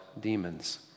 demons